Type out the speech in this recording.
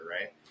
right